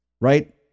right